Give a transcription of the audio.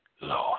Lord